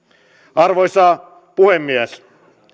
arvoisa puhemies